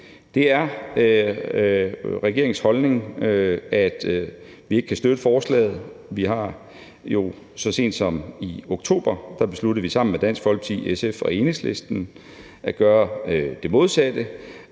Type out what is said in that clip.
Det er regeringens holdning, at vi ikke kan støtte forslaget. Vi har jo så sent som i oktober sammen med Dansk Folkeparti, SF og Enhedslisten besluttet at gøre det modsatte